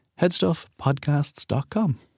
Headstuffpodcasts.com